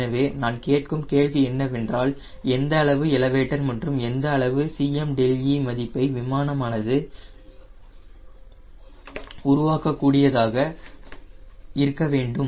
எனவே நான் கேட்கும் கேள்வி என்னவென்றால் எந்த அளவு எலவேட்டர் மற்றும் எந்த அளவு Cme மதிப்பை விமானமானது ஒரு உருவாக்கக்கூடியதாக இருக்க வேண்டும்